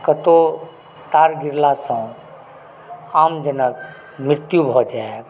कतौ तार गिरलासँ आमजनक मृत्यु भऽ जायब